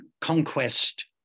conquest